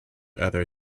other